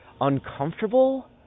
uncomfortable